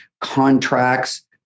contracts